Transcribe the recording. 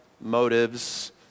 motives